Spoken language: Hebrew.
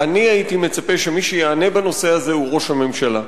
שאני הייתי מצפה שמי שיענה בנושא הזה הוא ראש הממשלה,